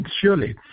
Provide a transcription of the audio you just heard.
Surely